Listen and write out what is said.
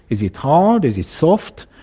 is it hard, is it soft?